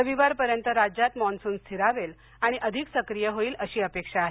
रविवारपर्यंत राज्यात मान्सून स्थिरावेल आणि अधिक सक्रीय होईल अशी अपेक्षा आहे